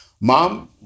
Mom